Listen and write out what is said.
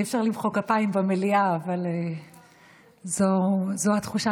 אי-אפשר למחוא כפיים במליאה, אבל זאת התחושה.